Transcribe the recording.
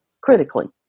critically